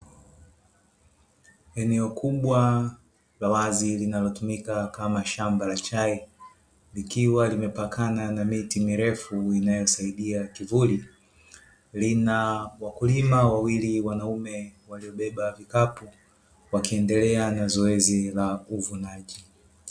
Eneo kubwa la wazi linalotumika kama shamba la chai, likiwa limepakana na miti mirefu inayosaidia kivuli. Lina wakulima wawili wanaume waliobeba vikapu wakiendelea na zoezi la uvunaji.